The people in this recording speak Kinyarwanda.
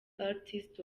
artist